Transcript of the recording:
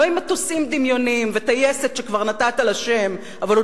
לא עם מטוסים דמיוניים וטייסת שכבר נתת לה שם אבל עוד